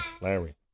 Larry